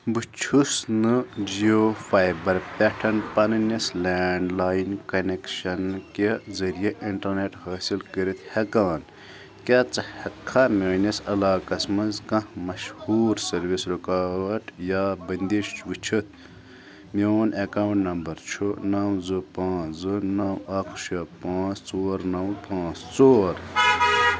بہٕ چھُس نہٕ جیو فایبَر پٮ۪ٹھ پَنٛنِس لینٛڈ لایِن کَنٮ۪کشَن کہِ ذریعہ اِنٹَرنٮ۪ٹ حٲصِل کٔرِتھ ہٮ۪کان کیٛاہ ژٕ ہٮ۪ککھا میٛٲنِس علاقَس منٛز کانٛہہ مشہوٗر سٔروِس رُکاوَٹ یا بٔندِش وٕچھِتھ میون اٮ۪کاوُنٛٹ نمبَر چھُ نَو زٕ پانٛژھ زٕ نَو اَکھ شےٚ پانٛژھ ژور نَو پانٛژھ ژور